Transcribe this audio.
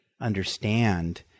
understand